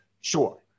Sure